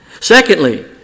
Secondly